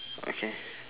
okay